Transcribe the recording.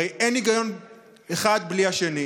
הרי אין היגיון באחד בלי השני.